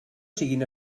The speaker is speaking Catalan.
siguin